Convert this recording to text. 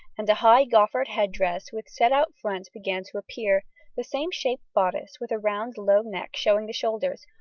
and a high goffered head-dress with set-out front began to appear the same shaped bodice with round low neck showing the shoulders,